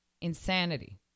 Insanity